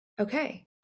okay